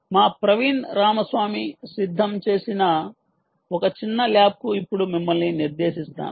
మా ప్రవీణ్ రామస్వామి సిద్ధం చేసిన ఒక చిన్న ల్యాబ్ కు ఇప్పుడు మిమ్మల్ని నిర్దేశిస్తాను